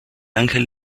ángel